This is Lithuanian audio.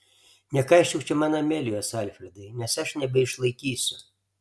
nekaišiok čia man amelijos alfredai nes aš nebeišlaikysiu